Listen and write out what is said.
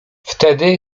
wtedy